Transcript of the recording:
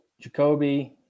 Jacoby